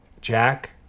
Jack